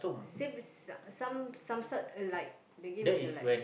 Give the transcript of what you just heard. same uh some some sort alike the game is alike